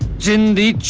chindi!